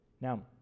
Now